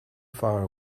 far